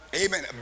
Amen